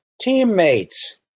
teammates